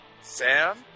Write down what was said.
Sam